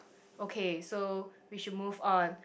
okay so we should move on